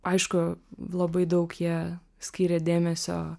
aišku labai daug jie skyrė dėmesio